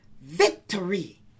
Victory